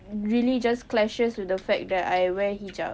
really just clashes with the fact that I wear hijab